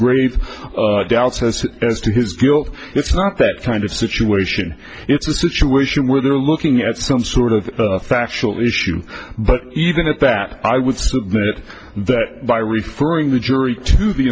grave doubts as to his guilt it's not that kind of situation it's a situation where they're looking at some sort of factual issue but even at that i would submit that by referring the jury to the